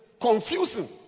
confusing